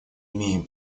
имеем